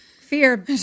Fear